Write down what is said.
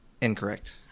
incorrect